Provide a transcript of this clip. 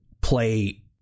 play